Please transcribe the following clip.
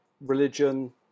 religion